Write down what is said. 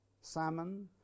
Salmon